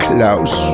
Klaus